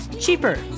cheaper